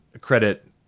credit